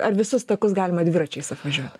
ar visus takus galima dviračiais apvažiuoti